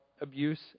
abuse